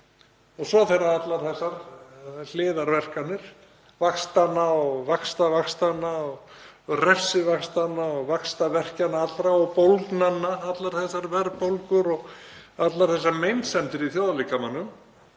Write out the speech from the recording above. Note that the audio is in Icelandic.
Og svo þegar allar þessar hliðarverkanir vaxtanna og vaxtavaxtanna og refsivaxtanna og vaxtarverkjanna allra og bólgnanna — allar þessar verðbólgur og allar þessar meinsemdir í þjóðarlíkamanum